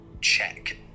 check